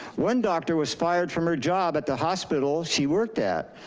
one doctor was fired from her job at the hospital she worked at.